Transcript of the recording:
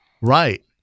right